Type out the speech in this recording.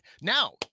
now